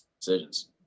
decisions